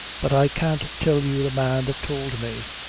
but i can't tell you the man that toald me.